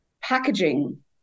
packaging